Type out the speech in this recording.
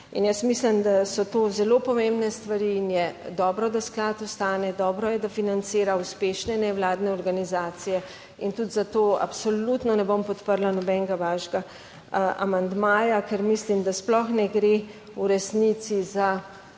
In jaz mislim, da so to zelo pomembne stvari in je dobro, da sklad ostane. Dobro je, da financira uspešne nevladne organizacije in tudi zato absolutno ne bom podprla nobenega vašega amandmaja, ker mislim, da sploh ne gre v resnici za